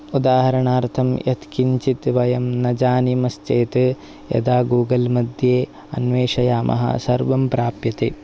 उदाहरणार्थं यत्किञ्चित् वयं न जानीमश्चेत् यदा गूगल्मध्ये अन्वेषयामः सर्वं प्राप्यते